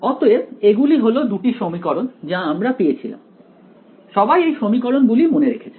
অতএব এগুলি হল দুটি সমীকরণ যা আমরা পেয়েছিলাম সবাই এই সমীকরণ গুলি মনে রেখেছে